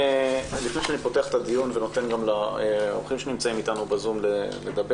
לפני שאני פותח את הדיון ונותן לאורחים שנמצאים אתנו בזום לדבר,